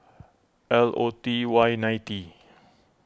L O T Y ninety